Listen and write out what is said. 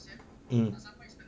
mm